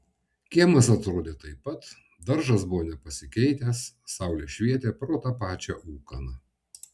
kiemas atrodė taip pat daržas buvo nepasikeitęs saulė švietė pro tą pačią ūkaną